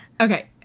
okay